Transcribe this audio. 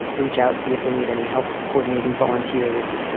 reach out, see if they need any help coordinating volunteers.